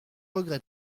regrette